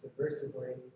subversively